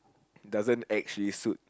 doesn't actually suit